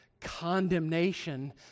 Condemnation